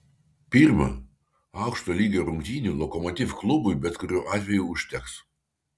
pirma aukšto lygio rungtynių lokomotiv klubui bet kuriuo atveju užteks